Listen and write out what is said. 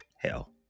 hell